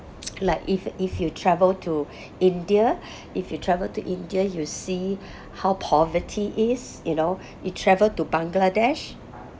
like if if you travel to india if you travel to india you see how poverty is you know you travel to bangladesh